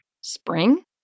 Spring